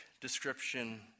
description